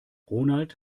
ronald